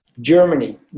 Germany